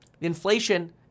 Inflation